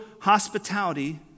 hospitality